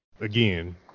Again